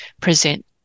present